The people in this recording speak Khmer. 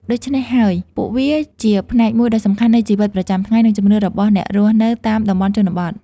ដូច្នេះហើយ ពួកវាជាផ្នែកមួយដ៏សំខាន់នៃជីវិតប្រចាំថ្ងៃ និងជំនឿរបស់អ្នករស់នៅតាមតំបន់ជនបទ។